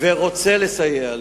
ורוצה לסייע לי.